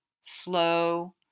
slow